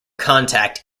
contact